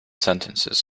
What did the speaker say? sentences